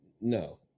No